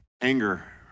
anger